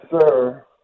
Sir